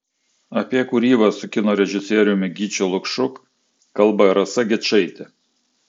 apie kūrybą su kino režisieriumi gyčiu lukšu kalba rasa gečaitė